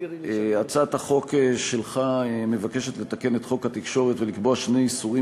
הצעת החוק שלך מבקשת לתקן את חוק התקשורת ולקבוע שני איסורים